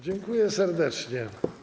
Dziękuję serdecznie.